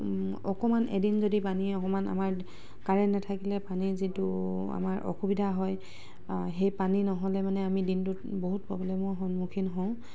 অকমাণ এদিন যদি পানী অকণমান আমাৰ কাৰেণ্ট নাথাকিলে পানীৰ যিটো আমাৰ সুবিধা হয় সেই পানী নহ'লে মানে আমি দিনটোত বহুত প্ৰব্লেমৰ সন্মূখীন হওঁ